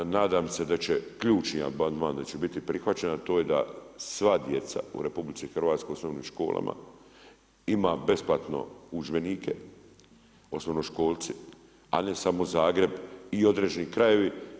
Nadam se da će ključni amandman da će biti prihvaćen, a to je da sva djeca u RH u osnovnim školama imaju besplatno udžbenike osnovnoškolci, a ne samo Zagreb i određeni krajevi.